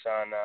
on